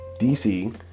DC